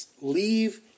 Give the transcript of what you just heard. Leave